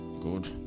Good